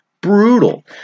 Brutal